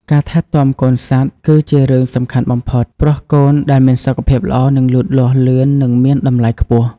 ការថែទាំកូនសត្វគឺជារឿងសំខាន់បំផុត ព្រោះកូនដែលមានសុខភាពល្អនឹងលូតលាស់លឿននិងមានតម្លៃខ្ពស់។